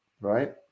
Right